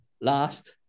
last